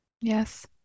Yes